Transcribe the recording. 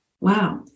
Wow